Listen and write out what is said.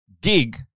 gig